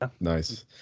nice